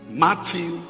Matthew